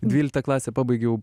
dvyliktą klasę pabaigiau